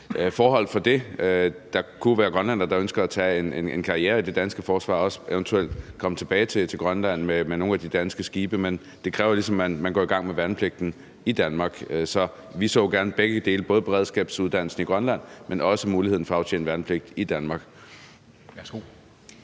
forhold for det? Der kunne jo være grønlændere, der ønskede at gøre karriere i det danske forsvar og så eventuelt komme tilbage til Grønland med nogle af de danske skibe. Men det kræver ligesom, man går i gang med værnepligten i Danmark. Vi så gerne, at begge dele var der, både beredskabsuddannelsen i Grønland, men også muligheden for at aftjene værnepligt i Danmark.